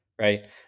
right